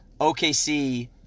OKC